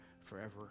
forever